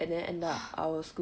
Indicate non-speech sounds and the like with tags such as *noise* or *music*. *noise*